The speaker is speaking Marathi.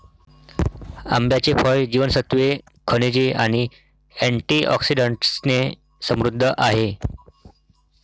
आंब्याचे फळ जीवनसत्त्वे, खनिजे आणि अँटिऑक्सिडंट्सने समृद्ध आहे